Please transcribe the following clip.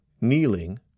kneeling